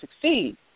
succeed